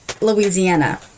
Louisiana